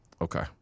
Okay